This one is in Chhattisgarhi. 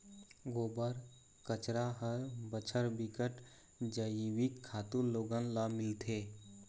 गोबर, कचरा हर बछर बिकट जइविक खातू लोगन ल मिलथे